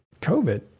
COVID